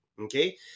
Okay